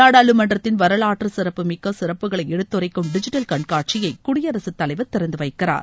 நாடாளுமன்றத்தின் வரவாற்று சிறப்புமிக்க சிறப்புகளை எடுத்துரைக்கும் டிஜிட்டல் கண்காட்சியை குடியரசுத் தலைவர் திறந்து வைக்கிறார்